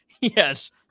Yes